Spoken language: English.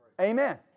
Amen